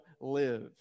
live